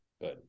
Good